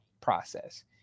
process